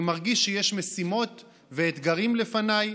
אני מרגיש שיש משימות ואתגרים לפניי,